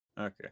Okay